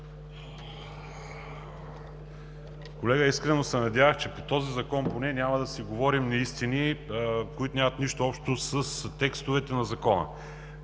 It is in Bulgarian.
Колега, искрено се надявах, че по този закон поне няма да си говорим неистини, които нямат нищо общо с текстовете на Закона.